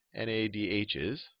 NADHs